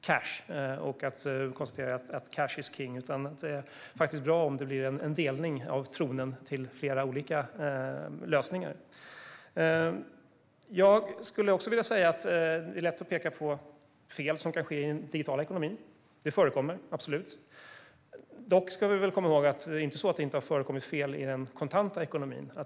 Det är inte bra när "cash is king", utan det är bra om det blir en delning av tronen mellan flera olika lösningar. Det är lätt att peka på fel som görs i den digitala ekonomin. Det förekommer. Dock ska vi komma ihåg att det också har förekommit fel i den kontanta ekonomin.